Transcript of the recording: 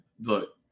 look